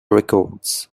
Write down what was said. records